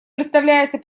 представляется